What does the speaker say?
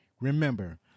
remember